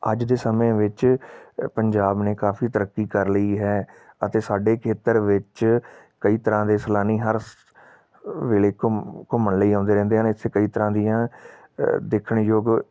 ਅੱਜ ਦੇ ਸਮੇਂ ਵਿੱਚ ਪੰਜਾਬ ਨੇ ਕਾਫ਼ੀ ਤਰੱਕੀ ਕਰ ਲਈ ਹੈ ਅਤੇ ਸਾਡੇ ਖੇਤਰ ਵਿੱਚ ਕਈ ਤਰ੍ਹਾਂ ਦੇ ਸੈਲਾਨੀ ਹਰ ਸ ਵੇਲੇ ਘੁੰਮ ਘੁੰਮਣ ਲਈ ਆਉਂਦੇ ਰਹਿੰਦੇ ਹਨ ਇੱਥੇ ਕਈ ਤਰ੍ਹਾਂ ਦੀਆਂ ਦੇਖਣਯੋਗ